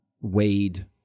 Wade